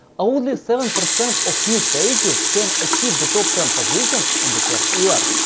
only seven percent of new pages can achieve the top ten positions in the first year.